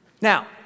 Now